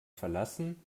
verlassen